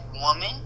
woman